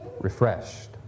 refreshed